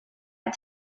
out